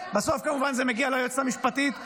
בסוף כמובן זה מגיע ליועצת המשפטית ולבג"ץ.